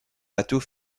bateau